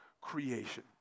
creation